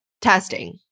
testing